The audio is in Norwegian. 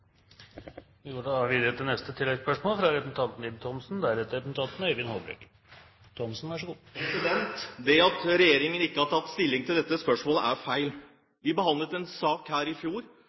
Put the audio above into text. Ib Thomsen – til oppfølgingsspørsmål. Det at regjeringen ikke har tatt stilling til dette spørsmålet, er feil. Vi behandlet en sak her i fjor.